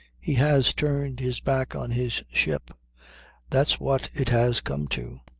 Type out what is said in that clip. he has turned his back on his ship that's what it has come to.